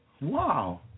Wow